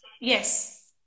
Yes